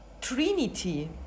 Trinity